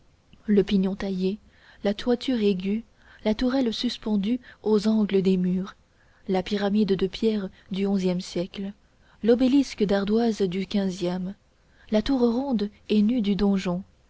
le pignon taillé la toiture aiguë la tourelle suspendue aux angles des murs la pyramide de pierre du onzième siècle l'obélisque d'ardoise du quinzième la tour ronde et nue du donjon